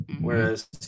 whereas